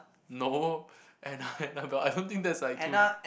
no and uh and uh don't I don't think that's like too